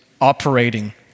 operating